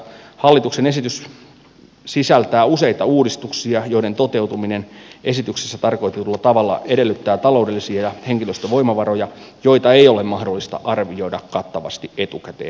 hallituksen esitys sisältää useita uudistuksia joiden toteutuminen esityksessä tarkoitetulla tavalla edellyttää taloudellisia ja henkilöstövoimavaroja joita ei ole mahdollista arvioida kattavasti etukäteen